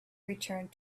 returned